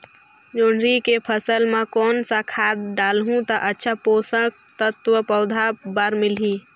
जोंदरी के फसल मां कोन सा खाद डालहु ता अच्छा पोषक तत्व पौध बार मिलही?